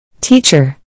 Teacher